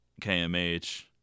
KMH